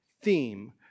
theme